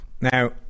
Now